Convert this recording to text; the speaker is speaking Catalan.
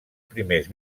primers